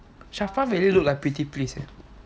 sharfaa really look like prettipls